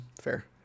Fair